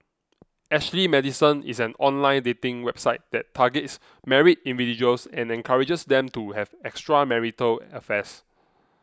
Ashley Madison is an online dating website that targets married individuals and encourages them to have extramarital affairs